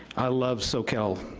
i love soquel.